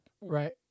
Right